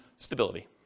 Stability